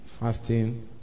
fasting